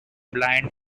blind